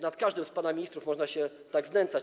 Nad każdym z pana ministrów można się tak znęcać.